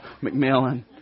McMillan